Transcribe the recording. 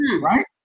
Right